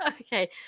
Okay